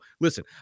listen